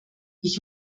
ich